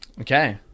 okay